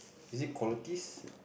is it qualities